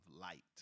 light